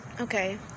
Okay